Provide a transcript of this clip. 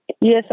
Yes